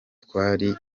twari